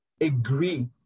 agree